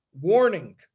warning